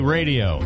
Radio